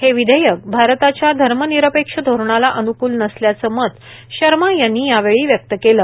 हे विधेयक भारताच्या धर्मनिरपेक्ष धोरणाला अनुकुल नसल्याचं मत शर्मा यांनी यावेळी व्यक्त केलं